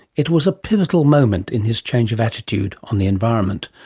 it was a pivotal moment in his change of attitude on the environment.